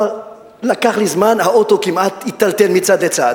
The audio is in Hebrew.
ולקח לי זמן, האוטו כמעט, היטלטל מצד לצד,